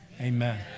amen